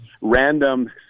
random